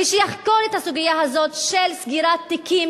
ושיחקור את הסוגיה הזו של סגירת תיקים,